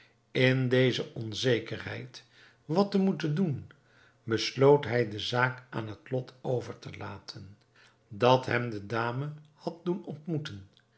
in deze onzekerheid wat te moeten doen besloot hij de zaak aan het lot over te laten dat hem de dame had doen ontmoeten